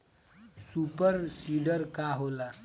Super seeder का होला?